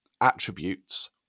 attributes